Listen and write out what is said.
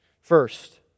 First